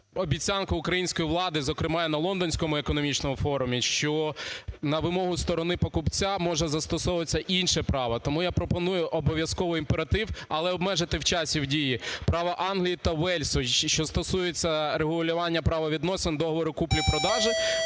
обіцянка української влади, зокрема, і на Лондонському економічному форумі, що на вимогу сторони-покупця може застосовуватися інше право. Тому я пропоную обов'язково імператив, але обмежити в часі, в дії, "право Англії та Уельсу", що стосується регулювання правовідносин договору купівля-продажу,